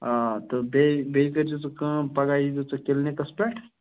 آ تہٕ بیٚیہِ بیٚیہِ کٔرۍزِ ژٕ کٲم پَگاہ یی زِ ژٕ کِلنِکَس پٮ۪ٹھ